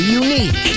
unique